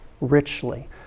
richly